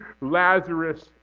Lazarus